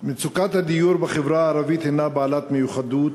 מצוקת הדיור בחברה הערבית הנה בעלת מיוחדות,